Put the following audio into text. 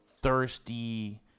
thirsty